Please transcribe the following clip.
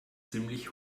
ziemlich